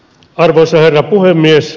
arvoisa herra puhemies